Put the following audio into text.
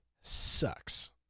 sucks